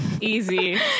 Easy